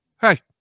Hey